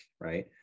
right